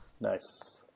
Nice